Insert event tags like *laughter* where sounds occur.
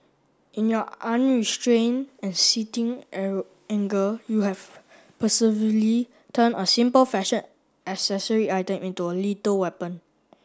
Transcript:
in your unrestrain and seething *unintelligible* anger you have *unintelligible* turn a simple fashion accessory item into a little weapon